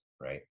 Right